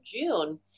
June